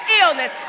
illness